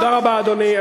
תודה רבה, אדוני.